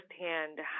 firsthand